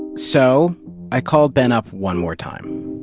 so i called ben up one more time.